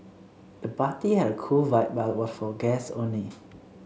the party had a cool vibe but was for guests only